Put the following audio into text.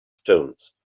stones